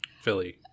Philly